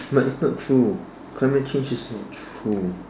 but it's not true climate change is not true